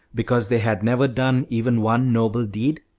because they had never done even one noble deed?